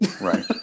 right